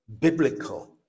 biblical